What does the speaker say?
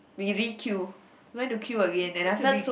we re-queue went to queue again and I felt so